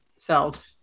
felt